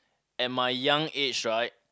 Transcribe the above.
at my young age right